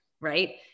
right